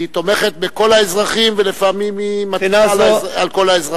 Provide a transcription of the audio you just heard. היא תומכת בכל האזרחים ולפעמים היא מטילה על כל האזרחים,